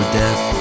death